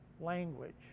language